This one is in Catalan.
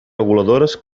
reguladores